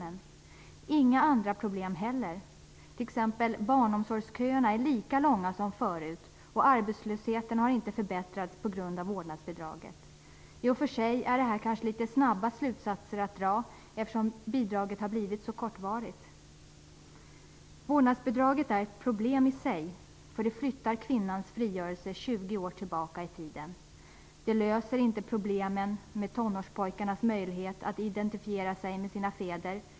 Det löser inga andra problem heller. Barnomsorgsköerna är t.ex. lika långa som förut. Arbetslösheten har inte förbättrats på grund av vårdnadsbidraget. Detta är kanske i och för sig litet snabba slutsatser att dra, eftersom bidraget har blivit så kortvarigt. Vårdnadsbidraget är ett problem i sig. Det flyttar kvinnans frigörelse 20 år tillbaka i tiden. Det löser inte problemet med tonårspojkarnas möjlighet att identifiera sig med sina fäder.